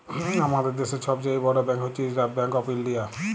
আমাদের দ্যাশের ছব চাঁয়ে বড় ব্যাংক হছে রিসার্ভ ব্যাংক অফ ইলডিয়া